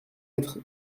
être